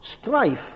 strife